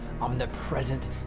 omnipresent